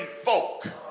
folk